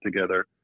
together